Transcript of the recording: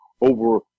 over